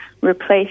replace